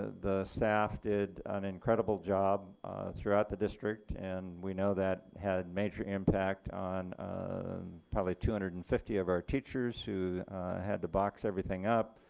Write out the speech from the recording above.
ah the staff did an incredible job throughout the district and we know that had a major impact on probably two hundred and fifty of our teachers who had to box everything up